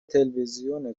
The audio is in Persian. تلوزیون